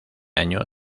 año